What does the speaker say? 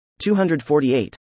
248